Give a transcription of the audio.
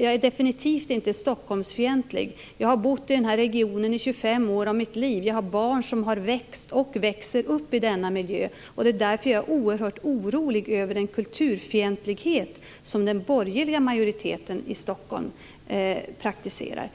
är definitivt inte Stockholmsfientlig. Jag har bott i den här regionen i 25 år av mitt liv. Jag har barn som har växt och växer upp i denna miljö. Det är därför jag är oerhört orolig över den kulturfientlighet som den borgerliga majoriteten i Stockholm praktiserar.